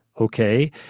okay